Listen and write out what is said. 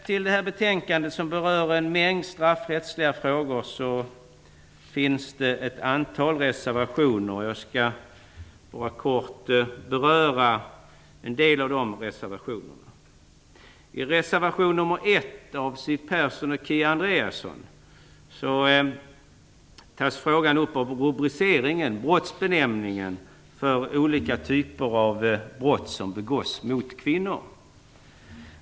Till det här betänkandet, som berör en mängd straffrättsliga frågor, finns ett antal reservationer. Jag skall kort beröra en del av dem. I reservation nr 1 av Siw Persson och Kia Andreasson tas frågan upp om rubriceringen, brottsbenämningen, för olika typer av brott som begås mot kvinnor.